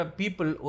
people